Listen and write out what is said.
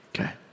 Okay